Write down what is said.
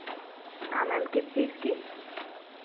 हाँ मैम किस चीज़ की